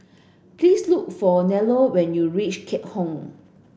please look for Nello when you reach Keat Hong